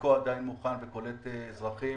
שבחלקו עדיין מוכן וקולט אזרחים